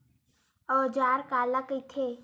औजार काला कइथे?